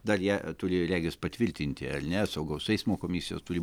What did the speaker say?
dar ją turėjo regis patvirtinti ar ne saugaus eismo komisijos turi